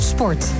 Sport